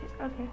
Okay